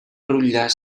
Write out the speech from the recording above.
rutllar